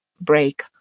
break